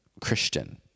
Christian